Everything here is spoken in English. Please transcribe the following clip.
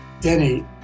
Denny